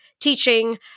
teaching